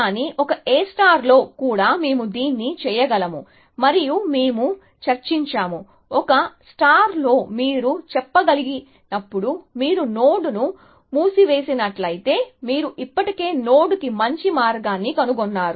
కానీ ఒక A లో కూడా మేము దీన్ని చేయగలము మరియు మేము చర్చించాము ఒక A లో మీరు చెప్పగలిగినప్పుడు మీరు నోడ్ ను మూసివేసినట్లయితే మీరు ఇప్పటికే నోడ్ కి మంచి మార్గాన్ని కనుగొన్నారు